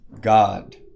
God